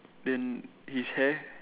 then his hair